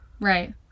Right